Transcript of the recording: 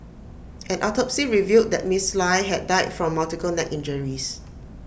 an autopsy revealed that miss lie had died from multiple neck injuries